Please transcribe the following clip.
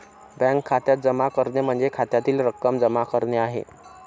bank खात्यात जमा करणे म्हणजे खात्यातील रक्कम जमा करणे आहे